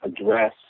address